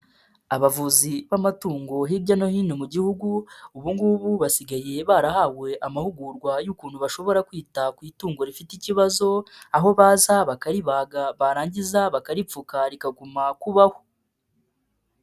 Abavuzi b'amatungo hirya no hino mu gihugu, ubugubu basigaye barahawe amahugurwa y'ukuntu bashobora kwita ku itungo rifite ikibazo, aho baza bakaribaga barangiza bakaripfuka rikaguma kubaho.